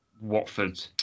Watford